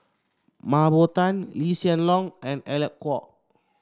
Mah Bow Tan Lee Hsien Loong and Alec Kuok